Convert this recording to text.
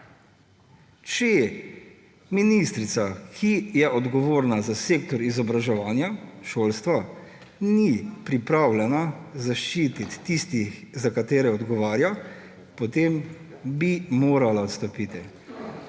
Če ministrica, ki je odgovorna za sektor izobraževanja, šolstva, ni pripravljena zaščititi tistih, za katere odgovarja, potem bi morala odstopiti,